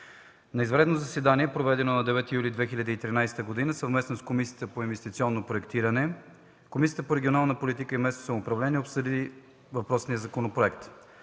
На извънредно заседание, проведено на 9 юли 2013 г. съвместно с Комисията по инвестиционно проектиране, Комисията по регионална политика и местно самоуправление обсъди въпросния законопроект.